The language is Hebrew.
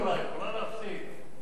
יכולה להפסיד.